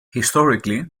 historically